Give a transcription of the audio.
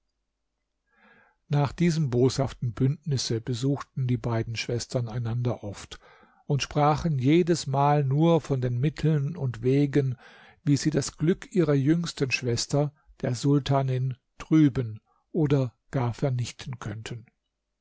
nach diesem boshaften bündnisse besuchten die beiden schwestern einander oft und sprachen jedesmal nur von den mitteln und wegen wie sie das glück ihrer jüngsten schwester der sultanin trüben oder gar vernichten könnten